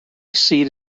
seat